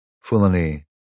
Fulani